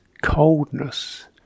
coldness